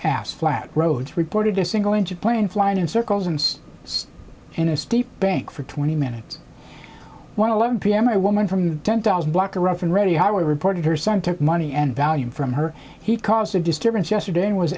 ass flat roads reported a single engine plane flying in circles and in a steep bank for twenty minutes one eleven p m i woman from ten thousand block a rough and ready how i reported her son took money and value from her he caused a disturbance yesterday was